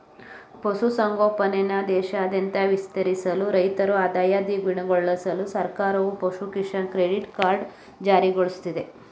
ಪಶು ಸಂಗೋಪನೆನ ದೇಶಾದ್ಯಂತ ವಿಸ್ತರಿಸಲು ರೈತರ ಆದಾಯ ದ್ವಿಗುಣಗೊಳ್ಸಲು ಸರ್ಕಾರ ಪಶು ಕಿಸಾನ್ ಕ್ರೆಡಿಟ್ ಕಾರ್ಡ್ ಜಾರಿಗೊಳ್ಸಿದೆ